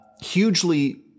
Hugely